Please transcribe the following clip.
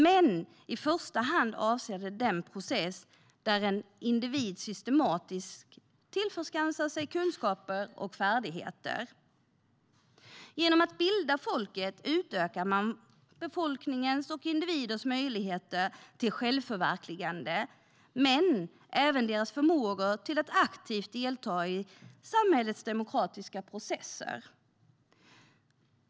Men utbildning avser i första hand den process där en individ systematiskt tillförskansar sig kunskaper och färdigheter. Genom att bilda folket utökar man befolkningens och individers möjligheter till självförverkligande men även deras förmåga att aktivt delta i samhällets demokratiska processer.